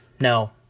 No